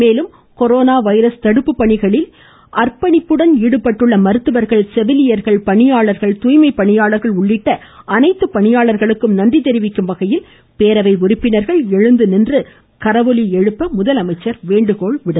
மேலும் corona virus தடுப்பு பணிகளில் அர்ப்பணிப்போது ஈடுபட்டுள்ள மருத்துவர்கள் பணியாளர்கள் துாய்மை பணியாளர்கள் உள்ளிட்ட செவிலியர்கள் அனைத்து பணியாளா்களுக்கும் நன்றி தெரிவிக்கும் வகையில் பேரவை உறுப்பினர்கள் எழுந்த நின்று கரவொலி எழுப்ப முதலமைச்சர் வேண்டுகோள் விடுத்தார்